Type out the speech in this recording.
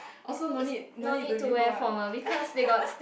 also no need no need to report